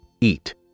eat